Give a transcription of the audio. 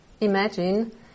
Imagine